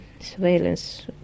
surveillance